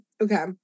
Okay